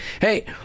Hey